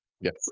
Yes